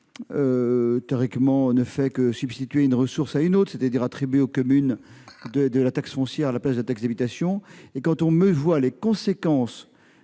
théoriquement, il ne fait que substituer une ressource à une autre, c'est-à-dire attribuer aux communes de la taxe foncière à la place de la taxe d'habitation ; or, lorsque l'on en mesure les conséquences